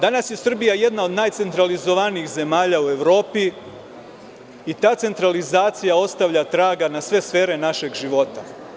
Danas je Srbija jedna od najcentralizovanijih zemalja u Evropi i ta centralizacija ostavlja traga na sve sfere našeg života.